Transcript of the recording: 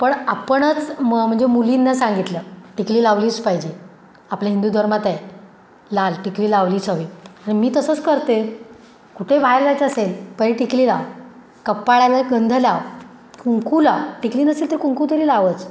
पण आपणच म म्हणजे मुलींना सांगितलं टिकली लावलीच पाहिजे आपल्या हिंदू धर्मात आहे लाल टिकली लावलीच हवी तर मी तसंच करते कुठे बाहेर जायचं असेल पहिली टिकली लाव कपाळाला गंध लाव कुंकू लाव टिकली नसेल तर कुंकू तरी लावच